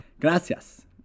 Gracias